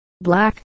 Black